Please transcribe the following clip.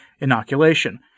inoculation